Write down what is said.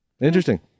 Interesting